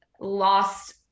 lost